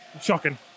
Shocking